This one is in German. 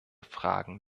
fragen